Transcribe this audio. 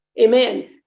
amen